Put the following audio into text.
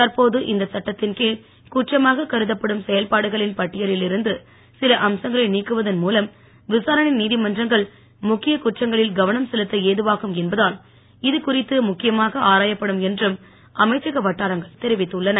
தற்போது இந்த சட்டத்தின் கீழ் குற்றமாகக் கருதப்படும் செயல்பாடுகளின் பட்டியலில் இருந்து சில அம்சங்களை நீக்குவதன் மூலம் விசா ரணை நீதிமன்றங்கள் முக்கிய குற்றங்களில் கவனம் செலுத்த ஏதுவாகும் என்பதால் இது குறித்து முக்கியமாக தெரிவித்துள்ளன